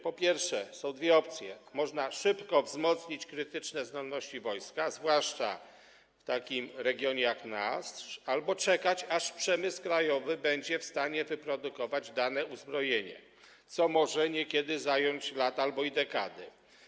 Po pierwsze, są dwie opcje: można szybko wzmocnić krytyczne zdolności wojska, a zwłaszcza w takim regionie jak nasz, albo czekać, aż przemysł krajowy będzie w stanie wyprodukować dane uzbrojenie, co może niekiedy zająć lata albo i dekady.